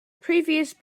previous